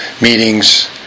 meetings